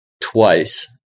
twice